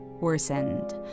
worsened